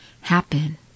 happen